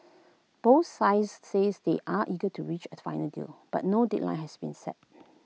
both sides says they are eager to reach A final deal but no deadline has been set